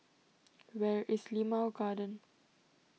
where is Limau Garden